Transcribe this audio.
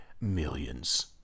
millions